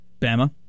Bama